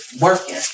working